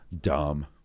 dumb